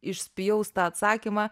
išspjaus tą atsakymą